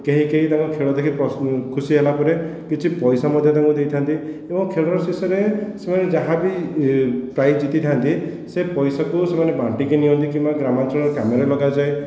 କେହି କେହି ତାଙ୍କ ଖେଳ ଦେଖି ଖୁସି ହେଲା ପରେ କିଛି ପଇସା ମଧ୍ୟ ତାଙ୍କୁ ଦେଇଥାନ୍ତି ଏବଂ ଖେଳର ଶେଷରେ ସେମାନେ ଯାହା ବି ପ୍ରାଇଜ ଜିତିଥାନ୍ତି ସେ ପଇସାକୁ ସେମାନେ ବାଣ୍ଟିକି ନିଅନ୍ତି କିମ୍ବା ଗ୍ରାମାଞ୍ଚଳର କାମରେ ଲଗାଯାଏ